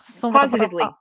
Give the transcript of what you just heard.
Positively